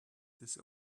this